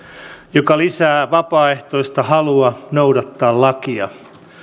joka lisää vapaaehtoista halua noudattaa lakia